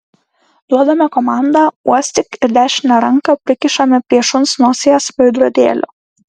duodame komandą uostyk ir dešinę ranką prikišame prie šuns nosies veidrodėlio